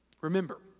Remember